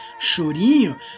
chorinho